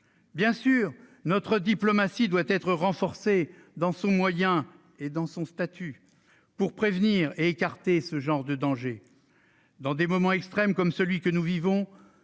Bien sûr, notre diplomatie doit être renforcée dans ses moyens et dans son statut pour prévenir et écarter de tels dangers. Dans les moments extrêmes comme celui que nous vivons,